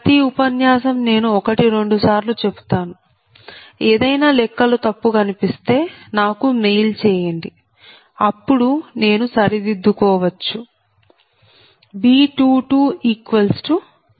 ప్రతి ఉపన్యాసం నేను ఒకటి రెండు సార్లు చెబుతాను ఏదైనా లెక్కలు తప్పు కనిపిస్తే నాకు మెయిల్ చేయండి అప్పుడు నేను సరిదిద్దుకోవచ్చు